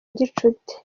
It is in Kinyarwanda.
gicuti